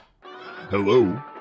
Hello